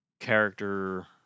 character